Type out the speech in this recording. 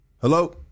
Hello